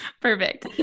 perfect